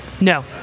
No